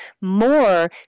more